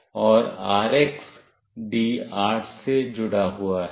और RX D8 से जुड़ा हुआ है